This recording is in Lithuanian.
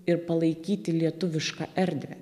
ir palaikyti lietuvišką erdvę